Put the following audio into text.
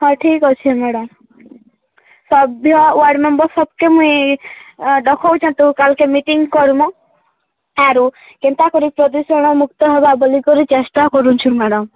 ହଏ ଠିକ ଅଛି ମ୍ୟାଡ଼ାମ୍ ସଭ୍ୟ ୱାଡ଼ମେମ୍ବର ସତ୍ୟ ମୁଇଁ ଡକଉଛ ତୁ କାଲ୍କେ ମିଟିଙ୍ଗ କର୍ମୁ ଆରୁ କେନ୍ତା କରି ପ୍ରଦୂଷଣ ମୁକ୍ତ ହବା ବୋଲି କରି ଚେଷ୍ଟା କରୁଛୁ ମ୍ୟାଡ଼ାମ୍